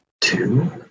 Two